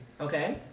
okay